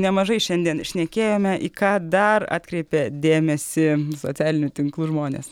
nemažai šiandien šnekėjome į ką dar atkreipia dėmesį socialinių tinklų žmonės